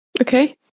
okay